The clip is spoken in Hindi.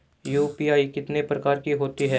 यू.पी.आई कितने प्रकार की होती हैं?